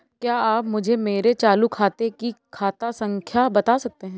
क्या आप मुझे मेरे चालू खाते की खाता संख्या बता सकते हैं?